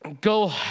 go